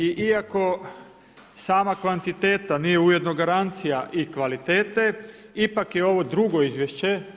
I iako svima kvantiteta nije ujedno garancije i kvalitete, ipak je ovo drugo izvješće.